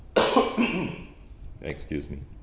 excuse me